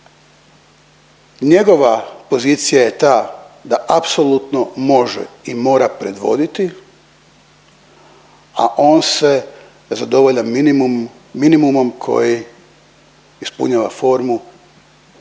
Njegova pozicija je ta apsolutno može i mora predvoditi, a on se zadovoljava minimumom koji ispunjava formu